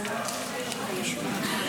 רוטמן ביקש להתנגד לחוק.